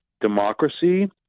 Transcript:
democracy